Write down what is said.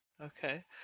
Okay